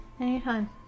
Anytime